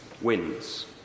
wins